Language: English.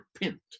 repent